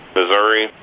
Missouri